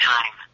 Time